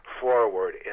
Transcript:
forward